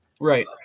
Right